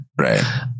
Right